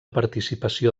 participació